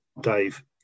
Dave